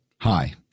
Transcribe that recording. Hi